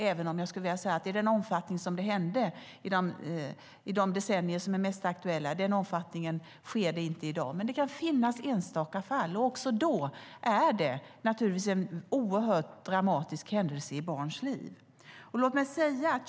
Men i dag sker det inte i samma omfattning som under de mest aktuella decennierna. Det kan dock finnas enstaka fall, och då är det naturligtvis en oerhört dramatisk händelse i barns liv.